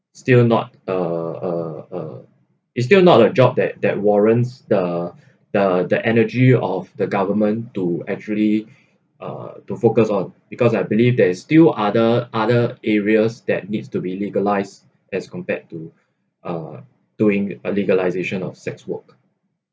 still not uh uh uh is still not a job that that warrants the the the energy of the government to actually uh to focus on because I believe there is still other other areas that needs to be legalised as compared to uh doing uh legalisation of sex work